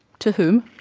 to whom?